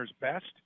best